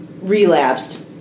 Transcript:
relapsed